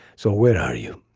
so where are you?